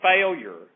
failure